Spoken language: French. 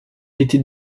était